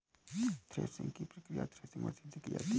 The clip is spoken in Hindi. थ्रेशिंग की प्रकिया थ्रेशिंग मशीन से की जाती है